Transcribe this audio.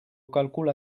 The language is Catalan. calcula